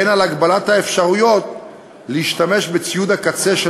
והן הגבלת האפשרויות להשתמש בציוד הקצה של